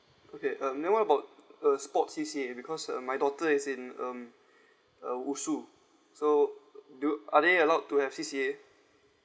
okay um then what about uh sport C_C_A because uh my daughter is in um uh wushu so uh do uh are they allowed to have C_C_A